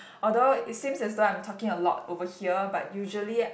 although it seems as though I'm talking a lot over here but usually